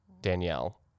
Danielle